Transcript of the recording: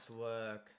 work